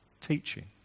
teaching